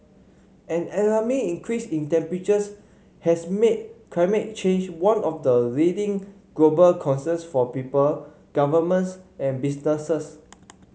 an alarming increase in temperatures has made climate change one of the leading global concerns for people governments and businesses